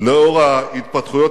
לאור ההתפתחויות